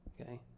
okay